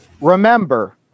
Remember